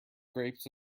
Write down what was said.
grapes